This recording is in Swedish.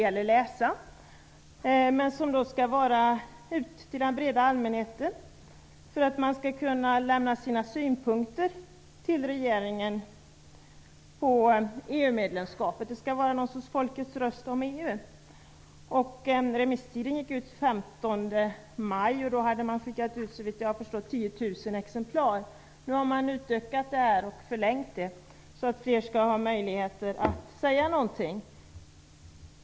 Men det är meningen att den skall nå ut till den breda allmänheten för att man skall kunna lämna synpunkter till regeringen när det gäller EU-medlemskapet. Det skall alltså fungera som någon sorts folkets röst om EU. Remisstiden gick ut den 15 maj, och då hade det skickats ut 10 000 exemplar. Nu har man utökat upplagan och förlängt remisstiden så att fler skall ha möjlighet att lämna kommentarer.